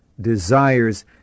desires